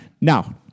Now